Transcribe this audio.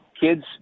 kids